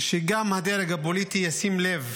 שגם הדרג הפוליטי ישים לב